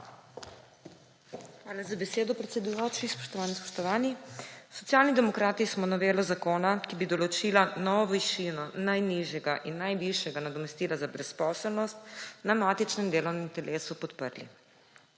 Hvala za besedo, predsedujoči. Spoštovane, spoštovani! Socialni demokrati smo novelo zakona, ki bi določila novo višino najnižjega in najvišjega nadomestila za brezposelnost, na matičnem delovnem telesu podprli.